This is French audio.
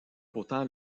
pourtant